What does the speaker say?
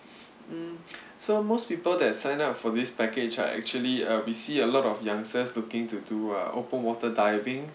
mm so most people that sign up for this package are actually uh we see a lot of youngsters looking to do uh open water diving